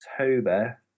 October